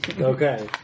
Okay